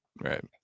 Right